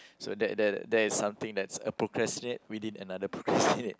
so that that that is something that's procrastinate within another procrastinate